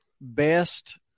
best